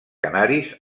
canaris